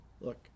Look